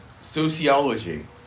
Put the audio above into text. sociology